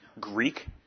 Greek